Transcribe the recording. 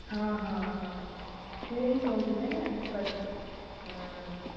ହଁ ହଁ ହଁ ସିଏ ହିଁ କହୁଥିଲେ ନା ସେ କରି ହୁଁ